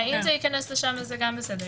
זה עתירות שמתנהלות בבית משפט.